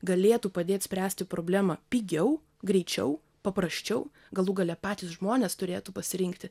galėtų padėt spręsti problemą pigiau greičiau paprasčiau galų gale patys žmonės turėtų pasirinkti